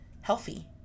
healthy